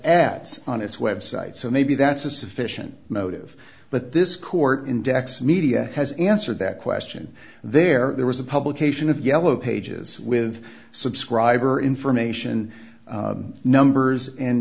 ads on its website so maybe that's a sufficient motive but this court index media has answered that question there was a publication of yellow pages with subscriber information numbers and